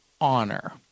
honor